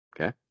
Okay